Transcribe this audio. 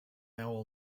now